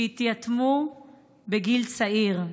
שהתייתמו בגיל צעיר.